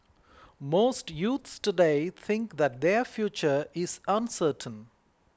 most youths today think that their future is uncertain